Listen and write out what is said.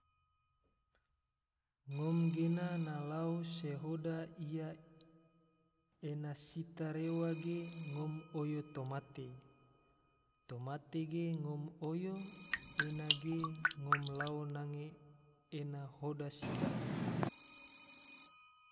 Ngom gena na lao se hoda ia ena sita rewa ge, ngom oyo tomate, tomate ge ngom oyo ena ge ngom lao nange ena hoda sita